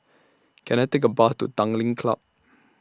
Can I Take A Bus to Tanglin Club